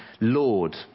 Lord